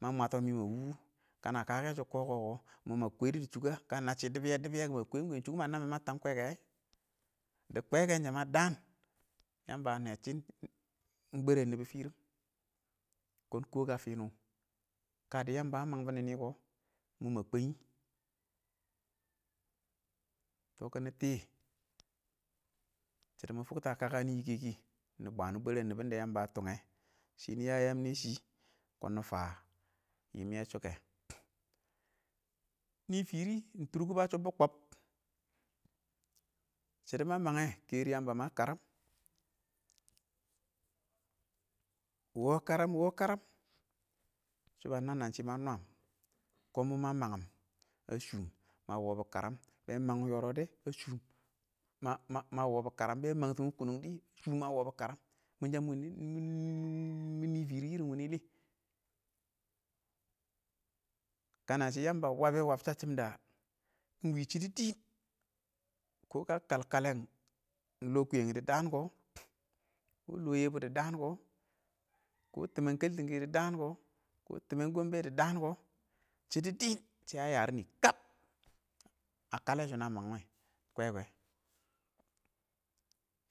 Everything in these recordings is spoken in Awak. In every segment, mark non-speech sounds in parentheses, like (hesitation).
Ing mə mwətɪn ɪng mɪ ə wʊʊ, kana kakɛ sho koko kɔ, ɪng mɔ mə kwɛdʊ dɪ chʊkwu ə, kə nə shɪ dɪbɪyɛ dɪbɪyɛ kʊ,ɪng mə kwɛn-kwɛn dɪ chʊkʊ ɪng mə nəm ɪng mə təm kwɛ-kwɛ, dɪ kwɛ-kwɛn ɪng sə mə daan yamba a nɛ shɪn ɪng bwɛren nibɪ firim, kʊn koka fini wʊ kə dɪ yamba a mangbu nonɪ kɔ ɪng mʊ ma kwɛ tɔ kiɪnɪ tɪ ,shɪdo mɪ fuktʊ ə kaka nɪ yike kɪ nɪ bwan bwɛrɛn nibin da yamba a tungɛ shini ya yaam yɛ shɪ kʊn nɪ fa, ɪng yɪm yɛ shɔ kɛ nɪ fɪrɪ ɪng turkʊb a chubbu kɔb, shɪdo ma mange kerɪ ɪng yamba ma karam, wɔɔ karam wɔɔ karam shɔ ə nənnə shɪ ə nwəm, kɔn mʊ ma məng, ə shum, ma wɔɔ bu karam, bɛn mang wɪn yɔrɔ dɛ, a shom ma mə wɔɔ bo karam bɛn mang tɪn wɪn kʊnʊ di shʊn ma wɔɔbo karam, ing mɔ sə ɪng wənɪ (hesitation) nɪ fɪrɪ ɪng wɪnɪ lɪ, kana shɪ, yamba wabe wab shashɪn da ing wɪ shɪdo dɪn, kɔɔ kə kal kalen ɪng lon kuyengi dɪ daan kɔ kʊ lo yebʊ dɪ daan kɔ, kɔ lɔɔ yebo dɪ daan kɔ, tɪmmɛn kaltɪngɛ dɪ daan kɔ, kɔ timmen gombe dɪ daan kɔ, shɪdo dɪɪn shɛ a yərɪ nɪ kəp, ə kəle sho na mang wɛ ɪng kwɛ-kwɛ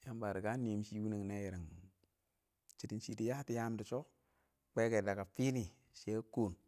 yamba ə rɪgə ə nɛɛ wɪshɪ wʊnʊn wɛ yɛrɪm shɪdo shɪ dɪ yatɔ yam dɪ shɔ, kwɛ-kwɛ dəgə fɪnɪ, shɪ ə kɔɔm.